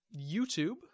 YouTube